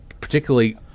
particularly